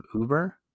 Uber